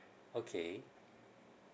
okay